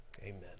amen